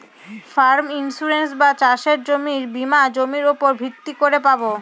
farm insurance বা চাসের জমির বীমা জমির উপর ভিত্তি করে পাবে